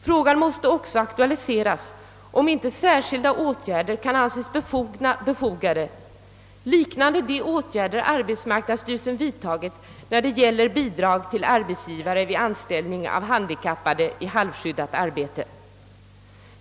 Frågan måste också aktualiseras, om inte särskilda åtgärder kan anses befogade, liknande de åtgärder arbetismarknadsstyrelsen vidtagit när det gäller bidrag till arbetsgivare vid anställning av handikappade i halvskyddat arbete.